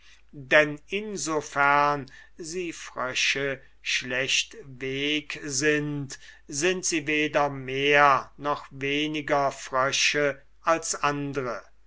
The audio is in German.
denn in so fern sie frösche schlechtweg sind sind sie weder mehr noch weniger frösche als andre